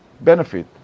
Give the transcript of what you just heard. benefit